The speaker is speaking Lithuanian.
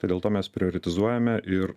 tai dėl to mes prijoritizuojame ir